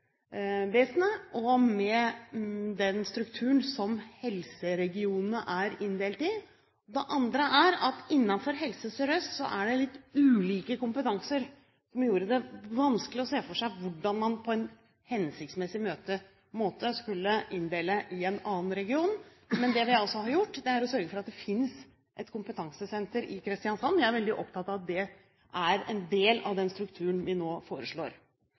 samarbeid med helsevesenet og med den strukturen som helseregionene er inndelt i. Det andre er at innenfor Helse Sør-Øst er det litt ulike kompetanser som gjorde det vanskelig å se for seg hvordan man på en hensiktsmessig måte skulle inndelt i enda en region. Men det vi altså har gjort, er å sørge for at det fins et kompetansesenter i Kristiansand. Jeg er veldig opptatt av at det er en del av den strukturen vi nå foreslår.